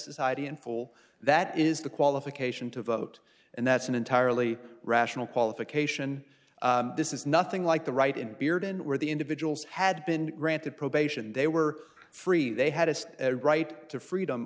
in full that is the qualification to vote and that's an entirely rational qualification this is nothing like the right in bearden where the individuals had been granted probation they were free they had a right to freedom